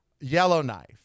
Yellowknife